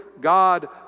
God